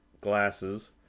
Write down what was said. glasses